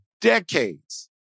Decades